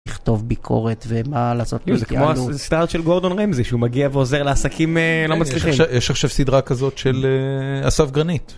לכתוב ביקורת ומה לעשות, זה כמו הסטארט של גורדון רמזי שהוא מגיע ועוזר לעסקים לא מצליחים, יש עכשיו סדרה כזאת של אסף גרנית.